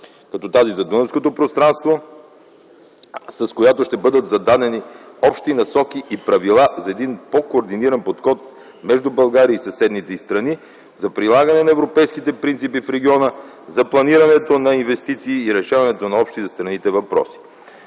като тази за Дунавското пространство, с която ще бъдат зададени общи насоки и правила за по-координиран подход между България и съседните й страни за прилагането на европейските принципи в региона, за планирането на инвестиции и решаването на общи за страните въпроси.